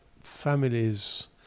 families